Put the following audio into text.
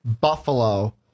Buffalo